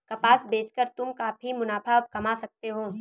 कपास बेच कर तुम काफी मुनाफा कमा सकती हो